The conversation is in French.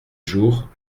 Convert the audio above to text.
jours